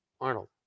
Arnold